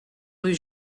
rue